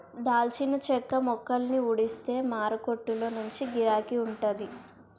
దాల్చిన చెక్క మొక్కలని ఊడిస్తే మారకొట్టులో మంచి గిరాకీ వుంటాది